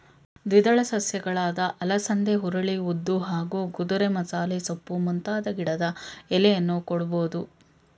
ದ್ವಿದಳ ಸಸ್ಯಗಳಾದ ಅಲಸಂದೆ ಹುರುಳಿ ಉದ್ದು ಹಾಗೂ ಕುದುರೆಮಸಾಲೆಸೊಪ್ಪು ಮುಂತಾದ ಗಿಡದ ಎಲೆಯನ್ನೂ ಕೊಡ್ಬೋದು